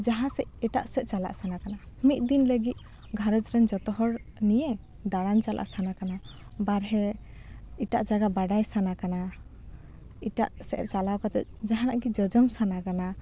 ᱡᱟᱦᱟᱸ ᱥᱮᱫ ᱮᱴᱟᱜ ᱥᱮᱫ ᱪᱟᱞᱟᱜ ᱥᱟᱱᱟ ᱠᱟᱱᱟ ᱢᱤᱫ ᱫᱤᱱ ᱞᱟᱜᱤᱜ ᱜᱷᱟᱨᱚᱸᱡᱽ ᱨᱮᱱ ᱡᱚᱛᱚ ᱦᱚᱲ ᱱᱤᱭᱮ ᱫᱟᱬᱟᱱ ᱪᱟᱞᱟᱜ ᱥᱟᱱᱟ ᱠᱟᱱᱟ ᱵᱟᱨᱦᱮ ᱮᱴᱟᱜ ᱡᱟᱭᱜᱟ ᱵᱟᱰᱟᱭ ᱥᱟᱱᱟ ᱠᱟᱱᱟ ᱮᱴᱟᱜ ᱥᱮᱫ ᱪᱟᱞᱟᱣ ᱠᱟᱛᱮ ᱡᱟᱦᱟᱱᱟᱜ ᱜᱮ ᱡᱚᱡᱚᱢ ᱥᱟᱱᱟ ᱠᱟᱱᱟ